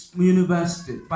university